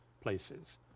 places